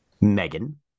Megan